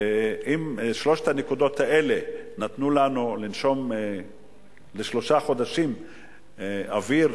ואם שלוש הנקודות האלה נתנו לנו לנשום שלושה חודשים אוויר,